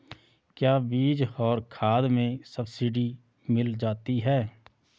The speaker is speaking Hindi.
क्या बीज और खाद में सब्सिडी मिल जाती है?